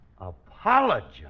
Apologize